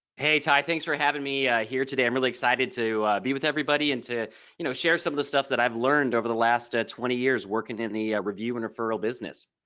hey ty thanks for having me here today i'm really excited to be with everybody and to you know share some of the stuff that i've learned over the last twenty years working in the review and referral business.